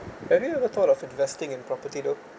have you ever thought of investing in property though